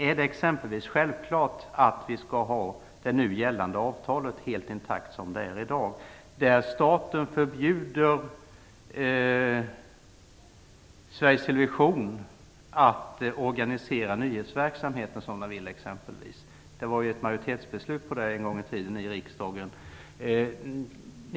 Är det exempelvis självklart att vi skall ha det nu gällande avtalet helt intakt som det är i dag? I det avtalet förbjuder staten Sveriges Television att organisera nyhetsverksamheten som den själv vill. Det fattades ett majoritetsbeslut om det i riksdagen en gång i tiden.